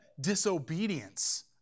disobedience